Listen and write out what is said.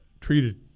treated